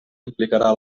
implicarà